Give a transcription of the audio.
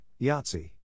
Yahtzee